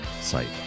site